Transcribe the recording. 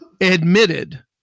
admitted